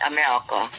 America